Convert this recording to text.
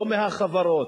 לא מהחברות,